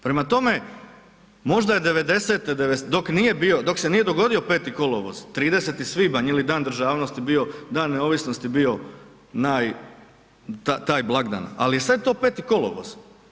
Prema tome, možda je 90.-te, dok se nije dogodio 5. kolovoz, 30. svibanj ili Dan državnosti bio, Dan neovisnosti bio naj, taj blagdan ali sada je to 5. kolovoz.